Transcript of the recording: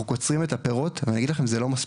קוצרים את הפירות אני אגיד לכם זה לא מספיק,